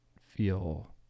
feel